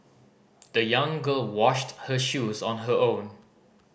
the young girl washed her shoes on her own